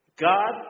God